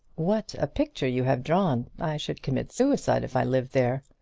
what a picture you have drawn! i should commit suicide if i lived there.